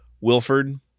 Wilford